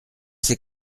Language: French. c’est